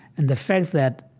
and the fact that,